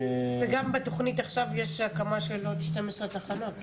וגם בתכנית עכשיו יש הקמה של עוד שתים עשרה תחנות,